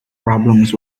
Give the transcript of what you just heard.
problems